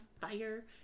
fire